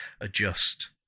adjust